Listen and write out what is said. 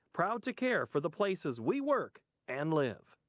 proud to care for the places we work and live.